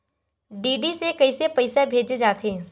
DD से कइसे पईसा भेजे जाथे?